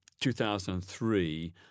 2003